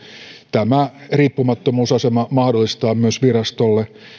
tämä riippumattomuusasema mahdollistaa virastolle